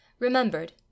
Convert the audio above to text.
remembered